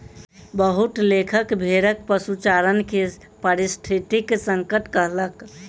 बहुत लेखक भेड़क पशुचारण के पारिस्थितिक संकट कहलक